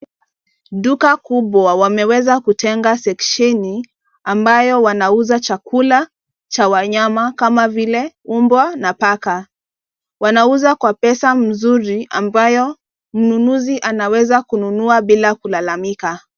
Duka kubwa wameweza kutenga section ambayo wanauza chakula cha wanyama kama vile: mbwa na paka. Wanauza kwa pesa mzuri ambayo mnunuzi anaweza kununua bila kulalamika.